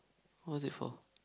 what's it for